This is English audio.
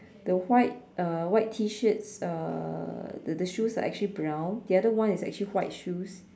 the white uh white T shirt uh the the shoes are actually brown the other one is actually white shoes